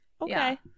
Okay